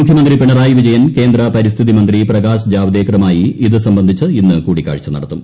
മുഖ്യമന്ത്രി പിണറായി വിജയൻ കേന്ദ്ര പരിസ്ഥിതി മന്ത്രി പ്രകാശ് ജാവദേക്കറുമായി ഇത് സംബന്ധിച്ച് ഇന്ന് കൂടിക്കാഴ്ച നടത്തും